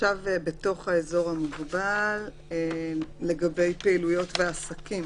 עכשיו אנחנו עוברים לדבר על פעילויות ועסקים